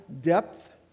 depth